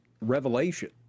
revelation